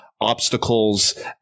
obstacles